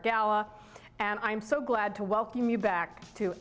gala and i'm so glad to welcome you back to